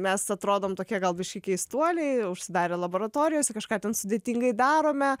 mes atrodom tokie gal biškį keistuoliai užsidarę laboratorijose kažką ten sudėtingai darome